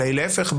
אלא להפך,